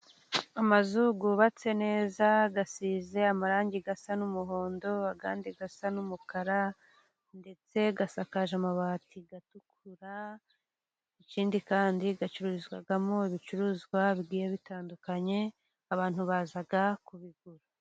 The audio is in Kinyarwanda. Amazu yubatse neza asize amarangi asa n'umuhondo, andi asa n'umukara, ndetse asakaje amabati atukura. Ikindi kandi acururizwamo ibicuruzwa bigiye bitandukanye, abantu bazaga kubigura.